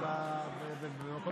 במקום, בבקשה, אדוני.